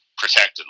protected